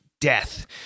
death